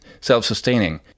self-sustaining